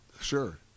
Sure